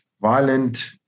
violent